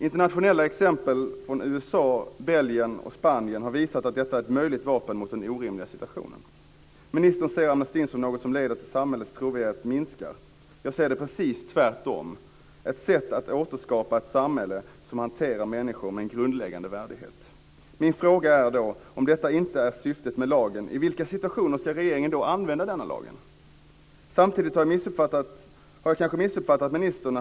Internationella exempel från USA, Belgien och Spanien har visat att detta är ett möjligt vapen mot den orimliga situationen. Ministern ser amnestin som något som leder till att samhällets trovärdighet minskar. Jag ser det precis tvärtom. Det är ett sätt att återskapa ett samhälle som hanterar människor med en grundläggande värdighet. Min fråga är: Om detta inte är syftet med lagen, i vilka situationer ska regeringen använda denna lag? Samtidigt har jag kanske missuppfattat ministern.